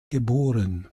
geboren